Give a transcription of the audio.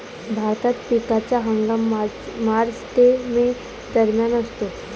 भारतात पिकाचा हंगाम मार्च ते मे दरम्यान असतो